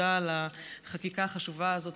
תודה על החקיקה החשובה הזאת,